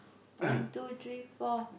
one two three four